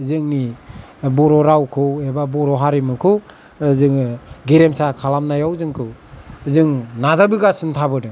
जोंनि बर' रावखौ एबा बर' हारिमुखौ जोङो गेरेमसा खालामनायाव जोंखौ जों नाजाबोगासिनो थाबोदों